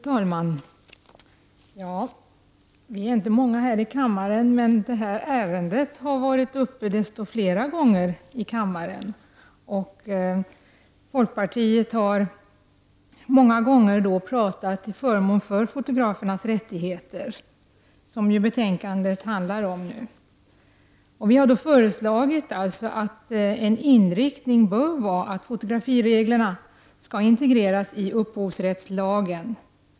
Fru talman! Vi är inte många här i kammaren, men det här ärendet har varit föremål för diskussion desto fler gånger i kammaren, och folkpartiet har då talat till förmån för fotografernas rättigheter som detta betänkande handlar om. Vi har föreslagit att inriktningen bör vara att fotografireglerna skall integreras i upphovsrättslagen.